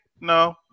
No